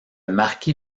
marquis